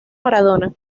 maradona